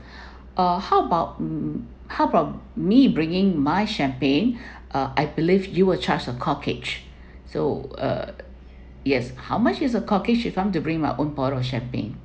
uh how about how about me bringing my champagne ah I believe you will charge a corkage so uh yes how much is the corkage if I'm to bring my own bottle of champagne